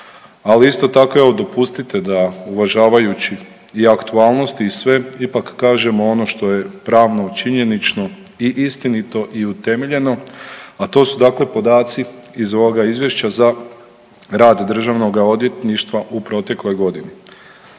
ali isto tako evo dopustite da uvažavajući i aktualnosti i sve ipak kažemo ono što je pravno činjenično i istinito i utemeljeno, a to su dakle podaci iz ovoga izvješća za rad državnoga odvjetništva u protekloj godini.